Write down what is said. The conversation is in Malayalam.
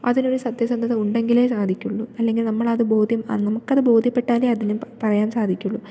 അതിലൊരു സത്യസന്ധത ഉണ്ടങ്കിലെ സാധിക്കുള്ളു അല്ലെങ്കിൽ നമ്മളത് ബോധ്യം നമുക്കത് ബോധ്യപ്പെട്ടാലെ അതിന് പറയാൻ സാധിക്കുവുള്ളു